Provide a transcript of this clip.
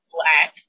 Black